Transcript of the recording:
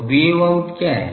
तो wave out क्या है